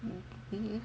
mm